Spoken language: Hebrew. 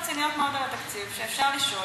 יש שאלות רציניות מאוד על התקציב שאפשר לשאול,